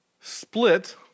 Split